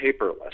paperless